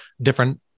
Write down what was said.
different